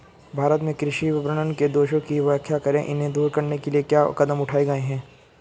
भारत में कृषि विपणन के दोषों की व्याख्या करें इन्हें दूर करने के लिए क्या कदम उठाए गए हैं?